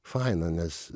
faina nes